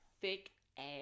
thick-ass